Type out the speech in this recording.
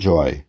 Joy